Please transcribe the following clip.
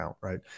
right